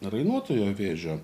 rainuotojo vėžio